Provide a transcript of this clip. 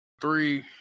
three